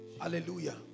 Hallelujah